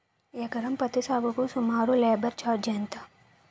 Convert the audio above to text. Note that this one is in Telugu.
ఎకరం పత్తి సాగుకు సుమారు లేబర్ ఛార్జ్ ఎంత?